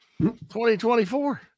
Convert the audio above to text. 2024